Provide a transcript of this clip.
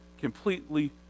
completely